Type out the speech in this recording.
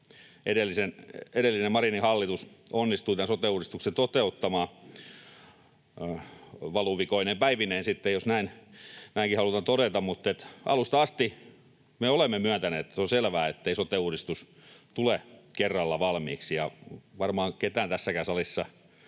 Edellinen, Marinin hallitus onnistui tämän sote-uudistuksen sitten toteuttamaan valuvikoineen päivineen, jos näinkin halutaan todeta, mutta alusta asti me olemme myöntäneet, että se on selvää, ettei sote-uudistus tule kerralla valmiiksi. En usko, että varmaan kukaan tässäkään salissa